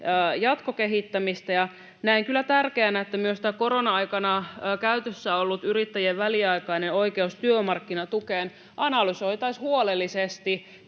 jatkokehittämistä, ja näen kyllä tärkeänä, että myös tämä korona-aikana käytössä ollut yrittäjien väliaikainen oikeus työmarkkinatukeen analysoitaisiin huolellisesti